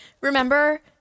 remember